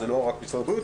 לא רק משרד הבריאות,